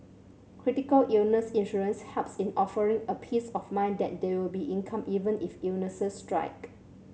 critical illness insurance helps in offering a peace of mind that there will be income even if illnesses strike